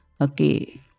okay